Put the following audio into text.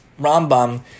Rambam